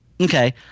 Okay